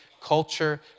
culture